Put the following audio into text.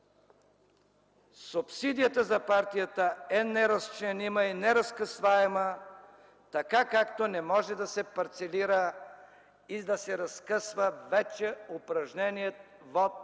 Субсидията за партията е неразчленима и неразкъсваема, така както не може да се парцелира и да се разкъсва вече упражненият вот